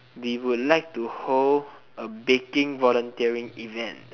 we would like to hold a baking volunteering event